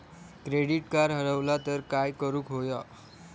Credit card हरवला तर काय करुक होया?